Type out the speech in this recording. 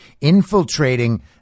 Infiltrating